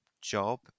job